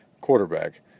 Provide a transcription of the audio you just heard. quarterback